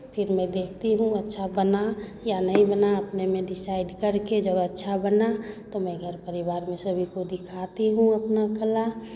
फिर मैं देखती हूँ अच्छा बना या नहीं बना अपने में डिसाइड करके जब अच्छा बना तो मैं घर परिवार में सभी को दिखाती हूँ अपना कला